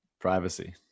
privacy